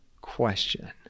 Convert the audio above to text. question